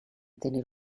tener